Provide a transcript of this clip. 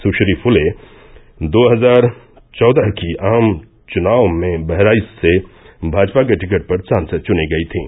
सुश्री फुले दो हजार चौदह की आम चुनाव में बहराइच से भाजपा के टिकट पर सांसद चुनी गयीं थीं